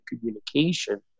communication